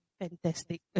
fantastic